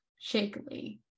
shakily